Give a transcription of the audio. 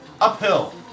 Uphill